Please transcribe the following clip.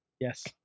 Yes